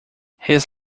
his